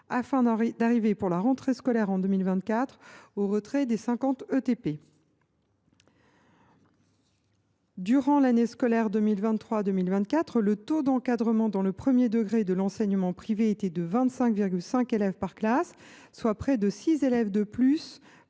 afin d’aboutir, pour la rentrée scolaire 2024, au retrait de 50 équivalents temps plein (ETP). Durant l’année scolaire 2023 2024, le taux d’encadrement dans le premier degré de l’enseignement privé était de 25,5 élèves par classe, soit près de 6 élèves de plus